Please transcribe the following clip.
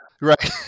Right